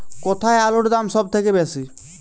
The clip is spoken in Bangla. কোথায় আলুর দাম সবথেকে বেশি?